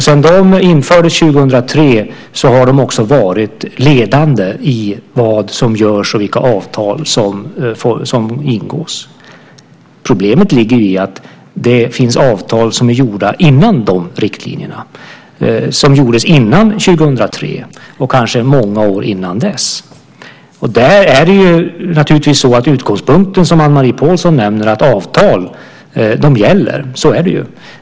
Sedan de infördes 2003 har de också varit ledande för vad som görs och vilka avtal som ingås. Problemet ligger i att det finns avtal som ingicks innan dessa riktlinjer infördes, avtal som ingicks före 2003 och kanske många år innan det. Där är naturligtvis utgångspunkten, precis som Anne-Marie Pålsson nämner, att avtalen gäller. Så är det.